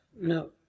No